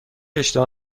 اشتها